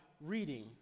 reading